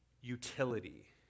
utility